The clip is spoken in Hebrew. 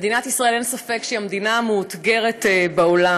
מדינת ישראל, אין ספק שהיא המדינה המאותגרת בעולם.